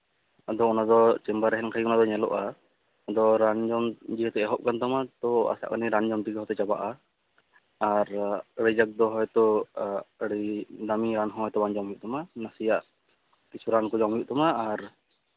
ᱟᱫᱚ ᱚᱱᱟᱫᱚ ᱪᱮᱢᱵᱟᱨ ᱨᱮ ᱦᱮᱡ ᱞᱮᱱᱠᱷᱟᱱ ᱜᱮ ᱧᱮᱞᱚᱜᱼᱟ ᱟᱫᱚ ᱨᱟᱱ ᱡᱚᱢ ᱡᱮᱦᱮᱛᱩ ᱮᱦᱚᱵ ᱟᱠᱟᱱ ᱛᱟᱢᱟ ᱛᱳ ᱟᱥᱟᱜ ᱠᱟᱹᱱᱟᱹᱧ ᱨᱟᱱ ᱡᱚᱢ ᱛᱮᱜᱮ ᱦᱚᱭᱛᱳ ᱪᱟᱵᱟᱜᱼᱟ ᱟᱨ ᱟᱹᱰᱤ ᱡᱟᱠ ᱫᱚ ᱦᱚᱭᱛᱳ ᱟᱹᱰᱤ ᱫᱟᱹᱢᱤ ᱨᱟᱱ ᱦᱚᱭᱛᱳ ᱵᱟᱝ ᱡᱚᱢ ᱦᱩᱭᱩᱜ ᱛᱟᱢᱟ ᱱᱟᱥᱮᱭᱟᱜ ᱠᱤᱪᱷᱩ ᱨᱟᱱ ᱠᱚ ᱡᱚᱢ ᱦᱩᱭᱩᱜ ᱛᱟᱢᱟ ᱟᱨ